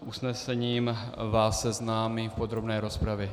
S usnesením vás seznámím v podrobné rozpravě.